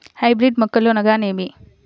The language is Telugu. హైబ్రిడ్ మొక్కలు అనగానేమి?